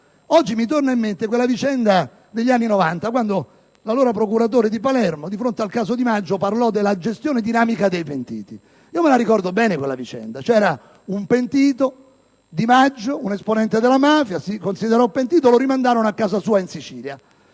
Oggi mi torna in mente la vicenda degli anni Novanta quando l'allora procuratore di Palermo, di fronte al caso Di Maggio, parlò della gestione dinamica dei pentiti. Io ricordo bene quella vicenda: c'era un pentito, Di Maggio, cioè un esponente della mafia che si considerò pentito e venne rimandato a casa, in Sicilia.